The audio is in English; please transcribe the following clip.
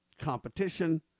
competition